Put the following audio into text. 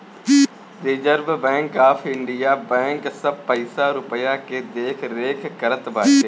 reserve bank of India bank सब पईसा रूपया के देखरेख करत बाटे